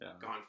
gone